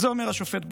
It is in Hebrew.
את זה אומר השופט ברק.